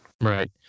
Right